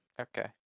Okay